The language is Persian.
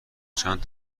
چند